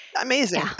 amazing